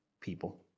people